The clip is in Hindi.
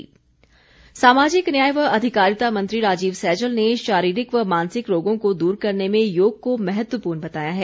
सैजल सामाजिक न्याय व अधिकारिता मंत्री राजीव सैजल ने शारीरिक व मानसिक रोगों को दूर करने में योग को महत्वपूर्ण बताया है